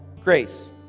grace